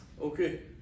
Okay